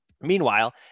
Meanwhile